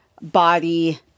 body